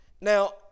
Now